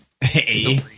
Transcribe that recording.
hey